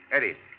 Eddie